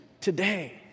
today